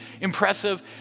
impressive